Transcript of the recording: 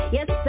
Yes